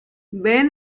ben